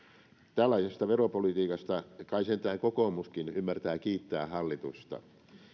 tällaisesta veropolitiikasta kai sentään kokoomuskin ymmärtää kiittää hallitusta